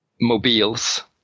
mobiles